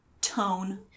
tone